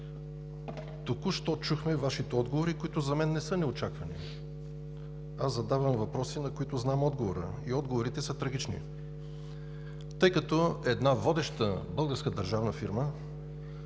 току-що чухме Вашите отговори, които за мен не са неочаквани – аз задавам въпроси, на които знам отговора. И отговорите са трагични, тъй като в една водеща българска държавна фирма,